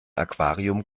aquarium